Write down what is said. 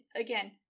Again